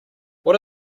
what